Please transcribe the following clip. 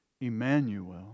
Emmanuel